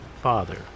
Father